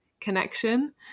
connection